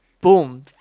boom